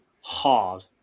hard